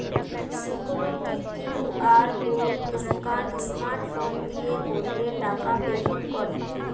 security QR code scan smart phone দিয়ে করলে টাকা পেমেন্ট করে